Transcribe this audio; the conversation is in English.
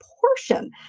portion